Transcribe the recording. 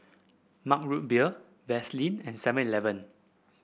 Mug Root Beer Vaseline and Seven Eleven